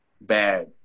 Bad